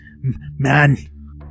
Man